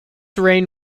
rain